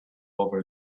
over